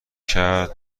کرد